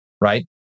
right